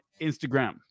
Instagram